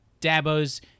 Dabo's